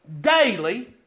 daily